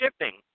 shipping